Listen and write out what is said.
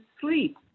sleep